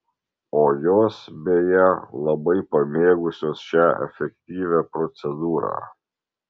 o jos beje labai pamėgusios šią efektyvią procedūrą